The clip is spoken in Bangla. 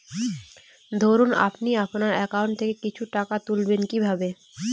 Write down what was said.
ধরুন আপনি আপনার একাউন্ট থেকে কিছু টাকা তুলবেন কিভাবে?